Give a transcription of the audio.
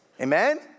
Amen